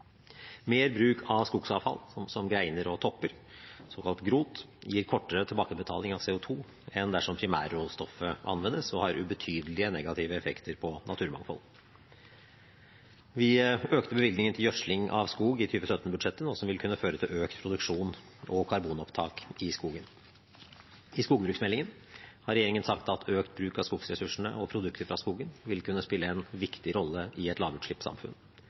Mer bruk av skogsavfall, som greiner og topper, såkalt GROT, gir kortere tilbakebetaling av CO2 enn dersom primærråstoffet anvendes, og har ubetydelige negative effekter på naturmangfold. Vi økte bevilgningen til gjødsling av skog i 2017-budsjettet, noe som vil kunne føre til økt produksjon og karbonopptak i skogen. I skogbruksmeldingen har regjeringen sagt at økt bruk av skogressursene og produkter fra skogen vil kunne spille en viktig rolle i et lavutslippssamfunn.